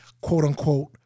quote-unquote